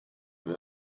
wer